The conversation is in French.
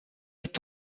est